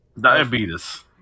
Diabetes